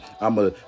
I'ma